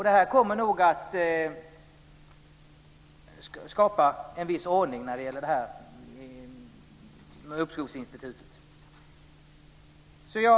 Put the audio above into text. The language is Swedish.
Detta kommer nog att skapa viss ordning när det gäller uppskovsinstitutet.